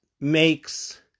makes